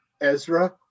Ezra